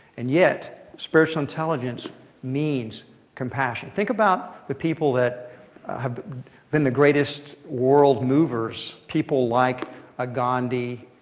and yet, spiritual intelligence means compassion. think about the people that have been the greatest world movers, people like a gandhi,